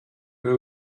who